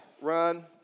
Run